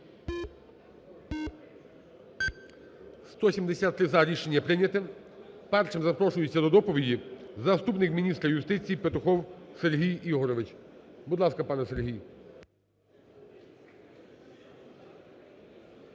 За-173 Рішення прийнято. Першим запрошується до доповіді заступник міністра юстиції Петухов Сергій Ігоревич. Будь ласка, пане Сергій.